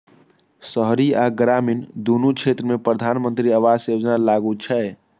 शहरी आ ग्रामीण, दुनू क्षेत्र मे प्रधानमंत्री आवास योजना लागू छै